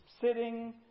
sitting